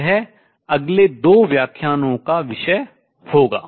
यह अगले दो व्याख्यानों का विषय होगा